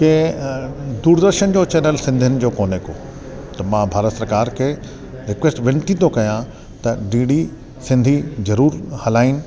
के अ दूरदर्शन जो चैनल सिंधियुनि जो कोन्हे को त मां भारत सरकार खे रिक्वेस्ट वेनती थो कया त डी डी सिंधी ज़रूर हलाइनि